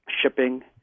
shipping